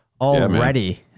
already